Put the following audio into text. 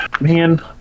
man